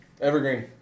Evergreen